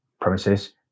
premises